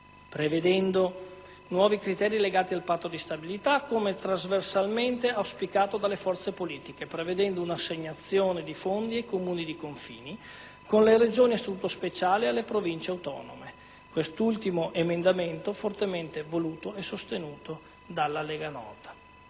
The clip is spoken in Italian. prevedendo nuovi criteri legati al Patto di stabilità, come trasversalmente auspicato dalle forze politiche, prevedendo un'assegnazione di fondi ai Comuni di confine con le Regioni a Statuto speciale e alle Province autonome (quest'ultimo emendamento fortemente voluto e sostenuto dalla Lega Nord).